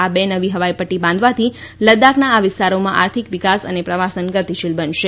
આ બે નવી હવાઇપટ્ટી બાંધવાથી લદાખના આ વિસ્તારોમાં આર્થિક વિકાસ અને પ્રવાસન ગતિશીલ બનશે